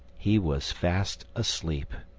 he was fast asleep.